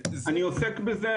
אני עוסק בזה,